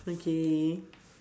okay